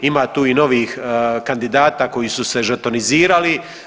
Ima tu i novih kandidata koji su se žetonizirali.